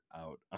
out